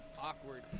awkward